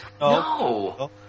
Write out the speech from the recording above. no